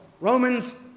Romans